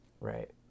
Right